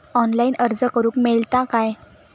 Online अर्ज करूक मेलता काय?